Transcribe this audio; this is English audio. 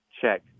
check